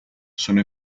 sono